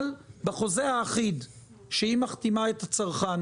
בחוזה האחיד שהיא מחתימה את הצרכן